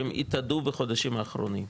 שהם התאדו בחודשים האחרונים.